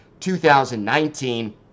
2019